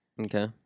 Okay